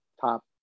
top